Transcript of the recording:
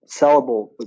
sellable